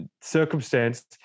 circumstance